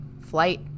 flight